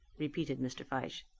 repeated mr. fyshe.